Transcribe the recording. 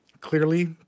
clearly